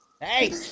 Hey